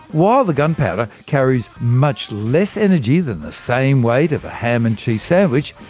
while the gunpowder carries much less energy than the same weight of a ham and cheese sandwich,